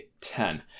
Ten